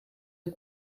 het